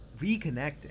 Reconnecting